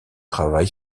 travail